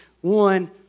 one